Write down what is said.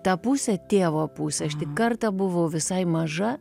tą pusę tėvo pusę aš tik kartą buvau visai maža